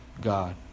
God